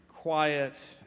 quiet